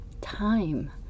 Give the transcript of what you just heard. time